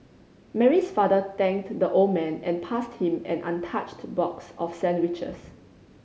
Mary's father thanked the old man and passed him an untouched box of sandwiches